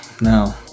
no